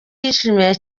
yishimiye